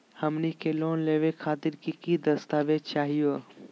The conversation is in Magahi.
हमनी के लोन लेवे खातीर की की दस्तावेज चाहीयो?